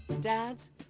Dads